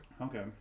Okay